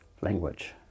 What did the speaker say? language